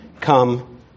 come